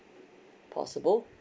possible